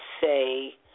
say